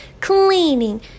cleaning